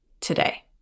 today